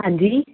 ਹਾਂਜੀ